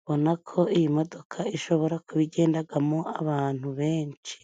ubona ko iyi modoka ishobora kuba igendagamo abantu benshi,